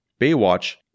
Baywatch